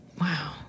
Wow